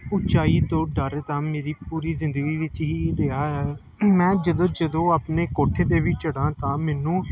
ਉਚਾਈ ਤੋਂ ਡਰ ਤਾਂ ਮੇਰੀ ਪੂਰੀ ਜ਼ਿੰਦਗੀ ਵਿੱਚ ਹੀ ਰਿਹਾ ਹੈ ਮੈਂ ਜਦੋਂ ਜਦੋਂ ਆਪਣੇ ਕੋਠੇ 'ਤੇ ਵੀ ਚੜ੍ਹਾਂ ਤਾਂ ਮੈਨੂੰ